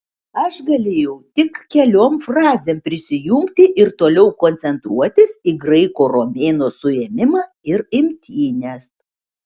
aš galėjau tik keliom frazėm prisijungti ir toliau koncentruotis į graiko romėno suėmimą ir imtynes